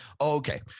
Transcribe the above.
okay